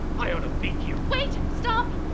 i ought to beat you. wait, stop.